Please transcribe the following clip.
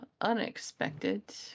unexpected